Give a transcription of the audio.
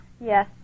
Yes